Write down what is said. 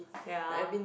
ya